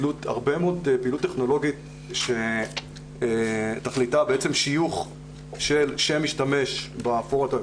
זאת הרבה מאוד פעילות טכנולוגית שתכליתה בעצם שיוך של שם משתמש בפורום.